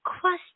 question